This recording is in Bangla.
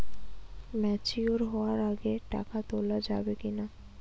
ম্যাচিওর হওয়ার আগে টাকা তোলা যাবে কিনা?